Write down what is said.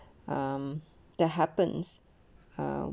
um that happens um